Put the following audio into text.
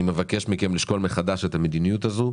אני מבקש מכם לשקול מחדש את המדיניות הזו.